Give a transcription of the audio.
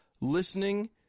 listening